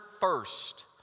first